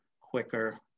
quicker